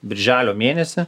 birželio mėnesį